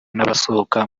n’abasohoka